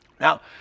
Now